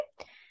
Okay